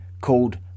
called